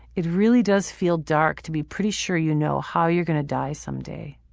it really does feel dark to be pretty sure you know how you're gonna die someday.